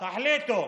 תחליטו.